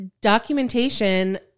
documentation